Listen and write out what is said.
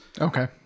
Okay